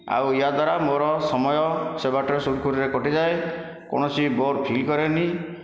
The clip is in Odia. ଆଉ ୟା ଦ୍ଵାରା ମୋର ସମୟ ସେ ବାଟରେ ସୁରୁଖୁରରେ କଟିଯାଏ କୌଣସି ବୋର୍ ଫିଲ୍ କରେନି